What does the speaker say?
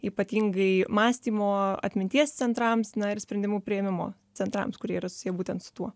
ypatingai mąstymo atminties centrams ir sprendimų priėmimo centrams kurie yra susiję būtent su tuo